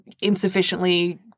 insufficiently